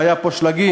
היו פה שלגים,